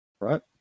Right